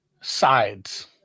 sides